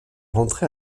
rentré